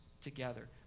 together